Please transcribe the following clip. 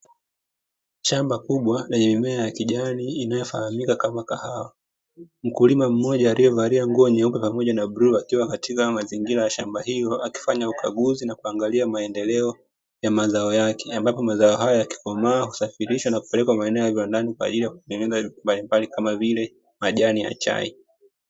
Shamba kubwa lenye mimea ya kijani inayofahamika kama kahawa, mkulima mmoja akiwa amevalia nguo nyeupe pamoja na bluu, akiwa anatizama mazingira ya shamba hilo akifanya ukaguzi na akiangalia maendeleo ya mazao yake yakikomaa ili kusafirishwa kupelekwa maeneo ya viwandani, kwa ajili ya kutengeneza bidhaa mbalimbali kama vile, majani ya chai.